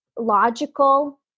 logical